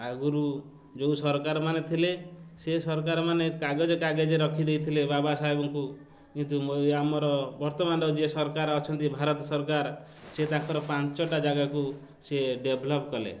ଆଗରୁ ଯେଉଁ ସରକାର ମାନେ ଥିଲେ ସେ ସରକାର ମାନେ କାଗଜ କାଗଜ ରଖି ଦେଇଥିଲେ ବାବା ସାହେବଙ୍କୁ କିନ୍ତୁ ଆମର ବର୍ତ୍ତମାନର ଯିଏ ସରକାର ଅଛନ୍ତି ଭାରତ ସରକାର ସେ ତାଙ୍କର ପାଞ୍ଚଟା ଜାଗାକୁ ସିଏ ଡେଭଲପ୍ କଲେ